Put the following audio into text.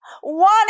one